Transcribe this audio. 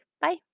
Bye